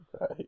Right